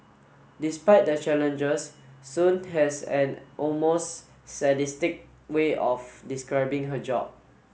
despite the challenges Sun has an almost sadistic way of describing her job